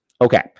Okay